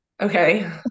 Okay